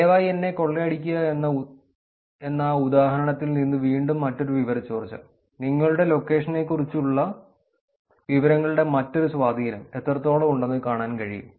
ദയവായി എന്നെ കൊള്ളയടിക്കുക എന്ന ഉദാഹരണത്തിൽ നിന്ന് വീണ്ടും മറ്റൊരു വിവര ചോർച്ച നിങ്ങളുടെ ലൊക്കേഷനെക്കുറിച്ചുള്ള വിവരങ്ങളുടെ മറ്റൊരു സ്വാധീനം എത്രത്തോളം ഉണ്ടെന്ന് കാണാൻ കഴിയും